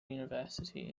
university